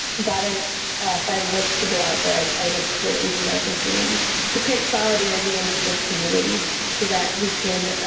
gotten five of us to go out there as artists for the asian american community to create solidarity and to build community that we can